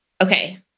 okay